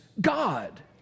God